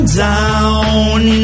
down